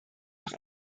noch